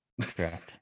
Correct